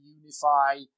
unify